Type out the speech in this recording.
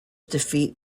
defeat